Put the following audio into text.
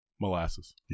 Molasses